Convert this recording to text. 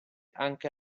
anche